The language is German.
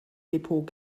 depot